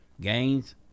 gains